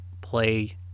play